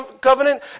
Covenant